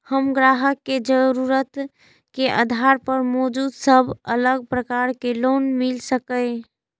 हम ग्राहक के जरुरत के आधार पर मौजूद सब अलग प्रकार के लोन मिल सकये?